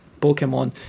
Pokemon